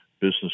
business